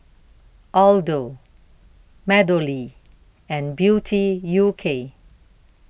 Aldo MeadowLea and Beauty U K